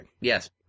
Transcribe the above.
Yes